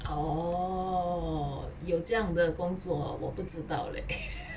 orh 有这样的工作我不知道 leh